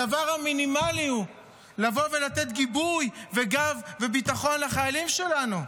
הדבר המינימלי הוא לבוא ולתת גיבוי וגב וביטחון לחיילים שלנו.